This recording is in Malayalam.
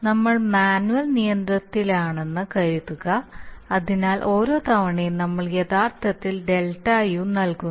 നമ്മൾ മാനുവൽ നിയന്ത്രണത്തിലാണെന്ന് കരുതുക അതിനാൽ ഓരോ തവണയും നമ്മൾ യഥാർത്ഥത്തിൽ ΔU നൽകുന്നു